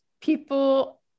people